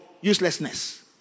uselessness